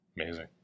Amazing